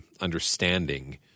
understanding